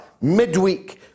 midweek